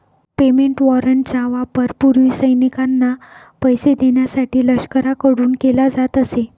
payment वॉरंटचा वापर पूर्वी सैनिकांना पैसे देण्यासाठी लष्कराकडून केला जात असे